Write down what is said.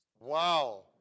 Wow